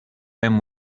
him